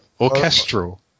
Orchestral